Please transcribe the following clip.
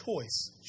choice